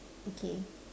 okay